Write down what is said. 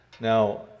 Now